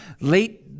late